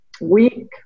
week